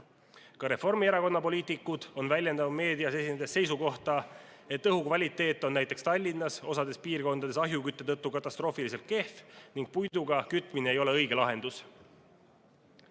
Ka Reformierakonna poliitikud on väljendanud meedias esinedes seisukohta, et õhukvaliteet on näiteks Tallinnas osas piirkondades ahjukütte tõttu katastroofiliselt kehv ning puiduga kütmine ei ole õige lahendus.